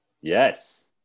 Yes